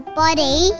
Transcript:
body